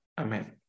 Amen